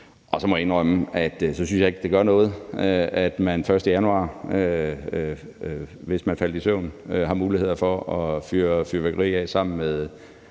Og så må jeg indrømme, at jeg ikke synes, det gør noget, at man den 1. januar, hvis man faldt i søvn, har mulighed for at fyre fyrværkeri af sammen med